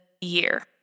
year